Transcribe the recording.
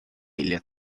или